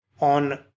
on